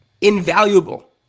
Invaluable